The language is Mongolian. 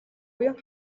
уян